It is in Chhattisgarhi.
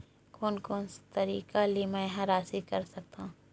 कोन कोन तरीका ले मै ह राशि कर सकथव?